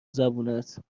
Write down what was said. زبونت